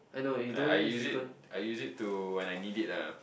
ya I use I use it to when I need it ah